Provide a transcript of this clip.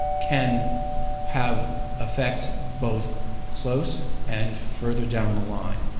can have effects both close and further down the line.